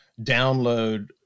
download